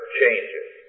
changes